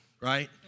right